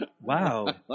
Wow